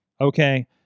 Okay